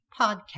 Podcast